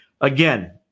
Again